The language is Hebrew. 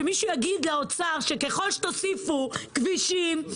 שמישהו יגיד לאוצר שככל שיוסיפו כבישים,